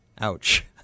Ouch